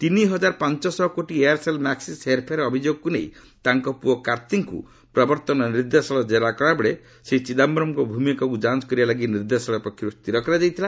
ତିନିହଜାର ପାଞ୍ଚଶହ କୋଟି ଏୟାର୍ସେଲ୍ ମାକ୍ୱିସ୍ ହେରଫେର୍ ଅଭିଯୋଗକୁ ନେଇ ତାଙ୍କ ପୁଅ କାର୍ତ୍ତୀଙ୍କୁ ପ୍ରବର୍ତ୍ତନ ନିର୍ଦ୍ଦେଶାଳୟ ଜେରା କଲାବେଳେ ଶ୍ରୀ ଚିଦାୟରମ୍ଙ୍କ ଭୂମିକାକୁ ଯାଞ୍ଚ କରିବା ଲାଗି ନିର୍ଦ୍ଦେଶାଳୟ ପକ୍ଷରୁ ସ୍ଥିର କରାଯାଇଥିଲା